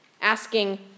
asking